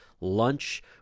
lunch